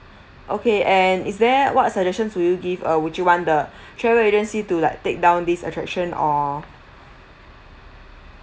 okay and is there what suggestions will you give uh would you want the travel agency to like take down this attraction or